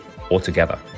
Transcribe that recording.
altogether